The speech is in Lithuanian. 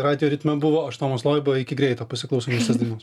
radijo ritme buvo aš tomas loiba iki greito pasiklausom justės dainos